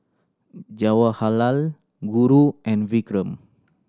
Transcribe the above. Jawaharlal Guru and Vikram